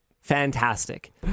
fantastic